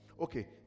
Okay